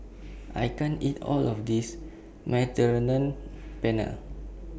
I can't eat All of This Mediterranean Penne